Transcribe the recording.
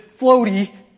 floaty